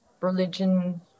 religion